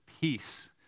peace